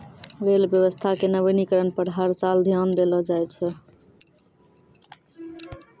rail व्यवस्था के नवीनीकरण पर हर साल ध्यान देलो जाय छै